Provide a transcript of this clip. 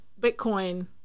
Bitcoin